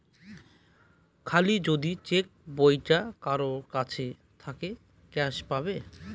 খালি যদি চেক বইটা কারোর কাছে থাকে ক্যাস পাবে